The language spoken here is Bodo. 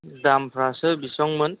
दामफ्रासो बिसिबांमोन